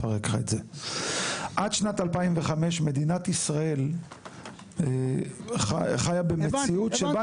עד שנת 2005 מדינת ישראל חיה במציאות שבה